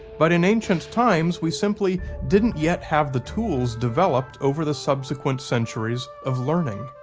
but in ancient times, we simply didn't yet have the tools developed over the subsequent centuries of learning.